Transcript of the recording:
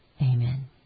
Amen